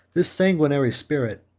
this sanguinary spirit,